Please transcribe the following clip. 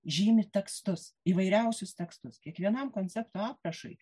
žymi tekstus įvairiausius tekstus kiekvienam koncepto aprašui